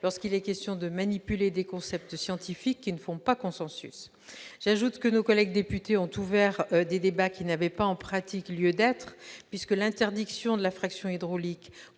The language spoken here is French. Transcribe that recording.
lorsqu'il s'agit de manipuler des concepts scientifiques qui ne font pas consensus. J'ajoute que nos collègues députés ont ouvert des débats qui n'avaient pas lieu d'être en pratique, puisque l'interdiction de la fracturation hydraulique,